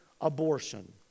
abortion